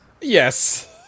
Yes